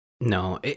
No